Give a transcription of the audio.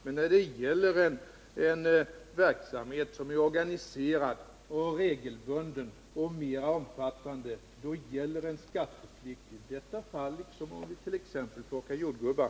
Rör det sig om en verksamhet som är organiserad, regelbunden och mera omfattande gäller däremot skatteplikt i detta fall liksom om vi t.ex. plockar jordgubbar.